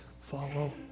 follow